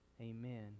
Amen